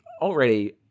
already